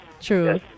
true